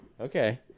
Okay